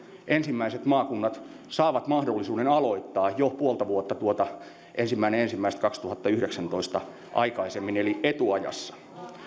ensimmäiset maakunnat saavat mahdollisuuden aloittaa jo puolta vuotta tuota ensimmäinen ensimmäistä kaksituhattayhdeksäntoista aikaisemmin eli etuajassa